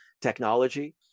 technology